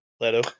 Leto